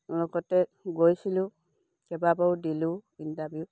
লগতে গৈছিলোঁ কেইবাবাৰো দিলোঁ ইণ্টাৰভিউ